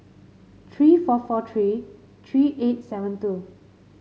three four four three three eight seven two